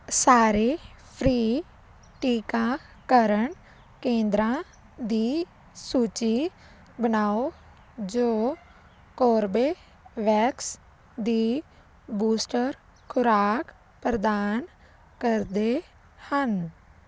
ਸਾਰੇ ਫ੍ਰੀ ਟੀਕਾਕਰਨ ਕੇਂਦਰਾਂ ਦੀ ਸੂਚੀ ਬਣਾਓ ਜੋ ਕੋਰਬੇ ਵੈਕਸ ਦੀ ਬੂਸਟਰ ਖੁਰਾਕ ਪ੍ਰਦਾਨ ਕਰਦੇ ਹਨ